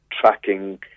tracking